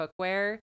cookware